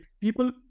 people